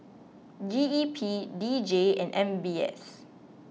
G E P D J and M B S